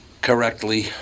correctly